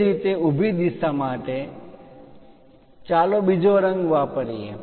એ જ રીતે ઊભી દિશા માટે ચાલો બીજો રંગ વાપરીએ